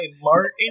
Martin